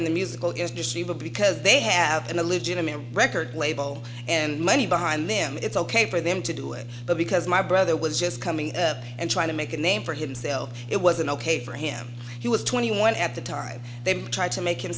in the musical history of a because they have an illegitimate a record label and money behind them it's ok for them to do it but because my brother was just coming and trying to make a name for himself it wasn't ok for him he was twenty one at the time they tried to make him